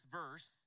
verse